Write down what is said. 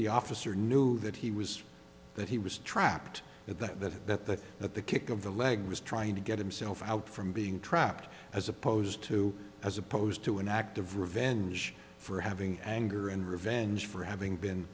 the officer knew that he was that he was trapped at that that the kick of the leg was trying to get himself out from being trapped as opposed to as opposed to an act of revenge for having anger and revenge for having been